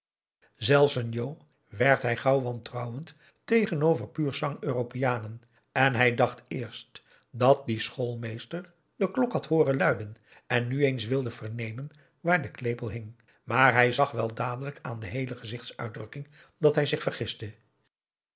zelf een njo werd hij gauw wantrouwend tegenover pur sang europeanen en hij dacht eerst dat die schoolmeester de klok had hooren luiden en nu eens wilde vernemen waar de klepel hing maar hij zag wel dadelijk aan de heele gezichtsuitdrukking dat hij zich